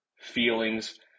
feelings